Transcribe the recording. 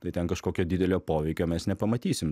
tai ten kažkokio didelio poveikio mes nepamatysim